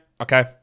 Okay